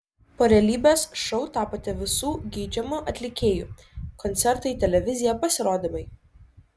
po realybės šou tapote visų geidžiamu atlikėju koncertai televizija pasirodymai